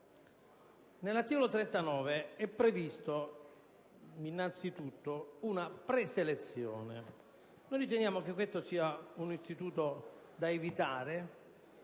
Nell'articolo 39 è prevista innanzitutto una preselezione. Riteniamo che questo sia un istituto da evitare